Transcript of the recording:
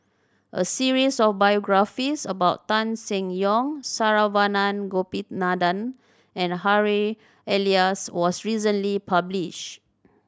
a series of biographies about Tan Seng Yong Saravanan Gopinathan and Harry Elias was recently published